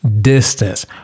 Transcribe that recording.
distance